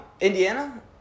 Indiana